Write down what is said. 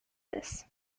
this